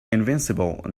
invincible